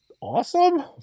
Awesome